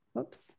Oops